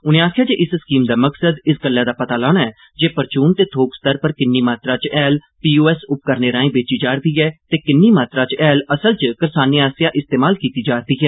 उनें आखेआ जे इस स्कीम दा मकसद इस गल्लै दा पता लाना ऐ जे परचून ते थोक स्तर पर किन्नी मात्रा च हैल पी ओ एस उपकरणें राएं बेची जा'रदी ऐ ते किन्नी मात्रा च हैल असल च करसानें आसेआ इस्तेमाल कीती जा'रदी ऐ